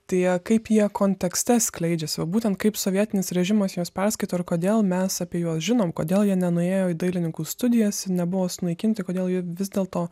tai jie kaip jie kontekste skleidžiasi va būtent kaip sovietinis režimas juos perskaito ir kodėl mes apie juos žinom kodėl jie nenuėjo į dailininkų studijas ir nebuvo sunaikinti kodėl jie vis dėlto